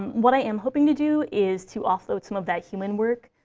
what i am hoping to do is to offload some of that human work,